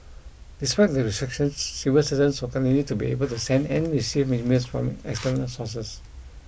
despite the restrictions civil servants will continue to be able to send and receive emails from external sources